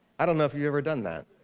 i don't know if you've ever done that.